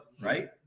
right